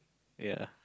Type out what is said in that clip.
yea